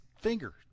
finger